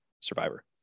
Survivor